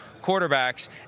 quarterbacks